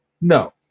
No